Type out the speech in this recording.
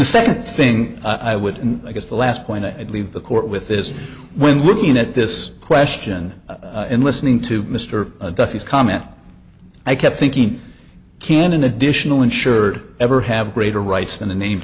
the second thing i would guess the last point i would leave the court with is when looking at this question and listening to mr duffy's comment i kept thinking can an additional insured ever have greater rights than the named